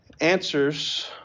answers